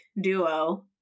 duo